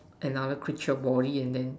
another creature body and then